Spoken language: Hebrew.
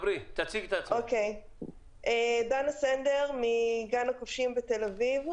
אני דנה סנדר מגן החושים בתל-אביב.